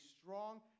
strong